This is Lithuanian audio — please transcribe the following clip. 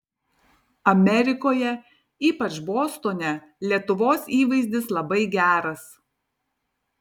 amerikoje ypač bostone lietuvos įvaizdis labai geras